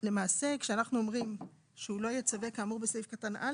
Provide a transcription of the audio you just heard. למעשה כשאנחנו אומרים שהוא לא יצווה כאמור בסעיף קטן (א),